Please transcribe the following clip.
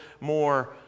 more